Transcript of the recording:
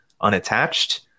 unattached